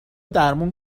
درمون